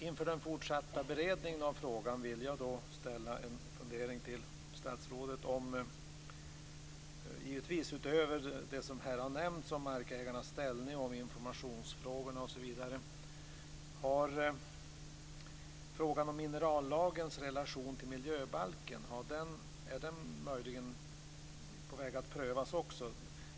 Inför den fortsatta beredningen av frågan vill jag ställa en fråga till statsrådet utöver det som här har nämnts om markägarnas ställning och om informationsfrågorna osv. Är möjligen frågan om minerallagens relation till miljöbalken också på väg att prövas?